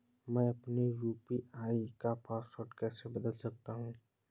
मैं अपने यू.पी.आई का पासवर्ड कैसे बदल सकता हूँ?